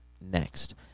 next